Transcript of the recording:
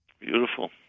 Beautiful